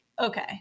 okay